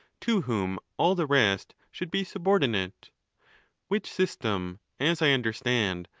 to whom all the rest should be subor dinate which system, as i understand,